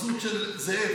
בחזות של זאב,